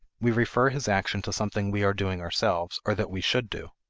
we refer his action to something we are doing ourselves or that we should do.